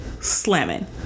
slamming